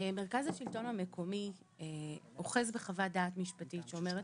מרכז השלטון המקומי אוחז בחוות דעת משפטית שאומרת